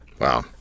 Wow